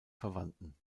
verwandten